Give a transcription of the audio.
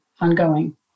ongoing